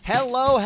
Hello